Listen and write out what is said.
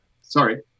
sorry